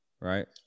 right